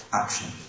action